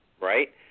Right